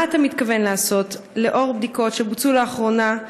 מה אתה מתכוון לעשות לנוכח בדיקות שבוצעו לאחרונה,